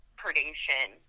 predation